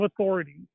authority